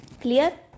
Clear